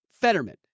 Fetterman